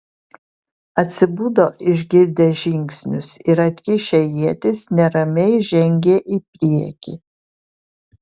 atsibudo išgirdę žingsnius ir atkišę ietis neramiai žengė į priekį